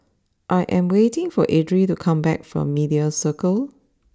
I am waiting for Adriel to come back from Media Circle